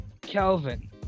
Kelvin